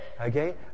Okay